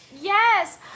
Yes